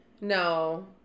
No